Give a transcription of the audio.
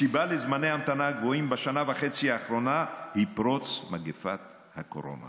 הסיבה לזמני ההמתנה הגבוהים בשנה וחצי האחרונות היא פרוץ מגפת הקורונה,